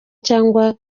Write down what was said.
cyangwa